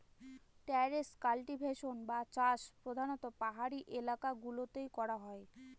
terrace cultivation বা চাষ প্রধানত পাহাড়ি এলাকা গুলোতে করা হয়